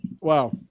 Wow